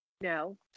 No